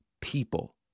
people